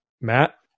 Matt